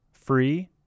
free